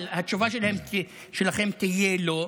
אבל התשובה שלכם תהיה לא.